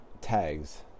tags